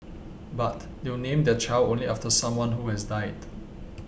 but you name their child only after someone who has died